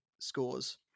scores